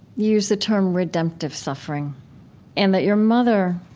use the term redemptive suffering and that your mother,